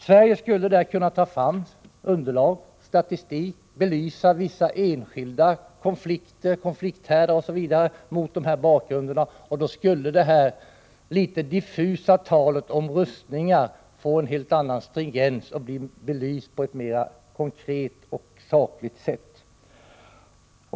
Sverige skulle kunna ta fram underlag, statistik, belysa vissa enskilda konflikter, konflikthärdar osv. mot dessa bakgrunder. Då skulle det här litet diffusa talet om rustningar få en helt annan stringens och dessa bli belysta på ett mera konkret och sakligt sätt.